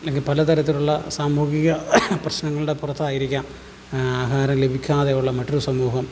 അല്ലെങ്കിൽ പല തരത്തിലുള്ള സാമൂഹിക പ്രശ്നങ്ങളുടെ പുറത്തായിരിക്കാം ആഹാരം ലഭിക്കാതെ ഉള്ള മറ്റൊരു സമൂഹം